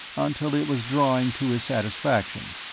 until it was drawing to his satisfaction.